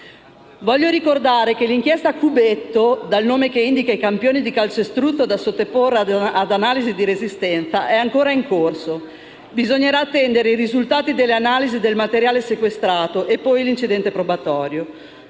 Voglio ricordare che l'inchiesta Cubetto, dal nome che indica i campioni di calcestruzzo da sottoporre ad analisi di resistenza, è ancora in corso. Bisognerà attendere i risultati delle analisi del materiale sequestrato e poi l'incidente probatorio.